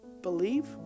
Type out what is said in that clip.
believe